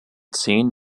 zehen